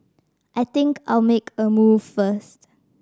I think I'll make a move first